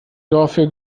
dafür